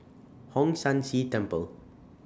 Hong San See Temple